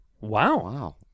wow